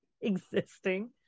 Existing